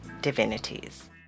divinities